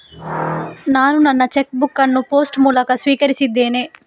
ನಾನು ನನ್ನ cheque book ಅನ್ನು ಪೋಸ್ಟ್ ಮೂಲಕ ಸ್ವೀಕರಿಸಿದ್ದೇನೆ